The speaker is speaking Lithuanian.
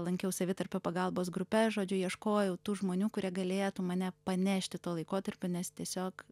lankiau savitarpio pagalbos grupes žodžiu ieškojau tų žmonių kurie galėtų mane panešti tuo laikotarpiu nes tiesiog